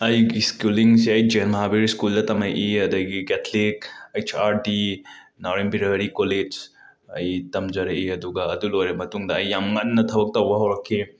ꯑꯩꯒꯤ ꯁ꯭ꯀꯨꯂꯤꯡꯁꯦ ꯑꯩ ꯖꯦꯟ ꯃꯍꯥꯕꯤꯔ ꯁ꯭ꯀꯨꯜꯗ ꯇꯃꯛꯏ ꯑꯗꯒꯤ Catholic H R D Naorem Birahari ꯀꯣꯂꯦꯠꯁ ꯑꯩ ꯇꯝꯖꯔꯛꯏ ꯑꯗꯨꯒ ꯑꯗꯨ ꯂꯣꯏꯔꯕ ꯃꯇꯨꯡꯗ ꯑꯩ ꯌꯥꯝ ꯉꯟꯅ ꯊꯕꯛ ꯇꯧꯕ ꯍꯧꯔꯛꯈꯤ